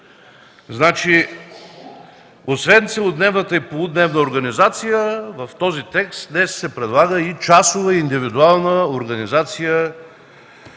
65. Освен целодневната и полудневна организация в този текст днес се предлага и часова, и индивидуална организация